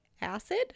acid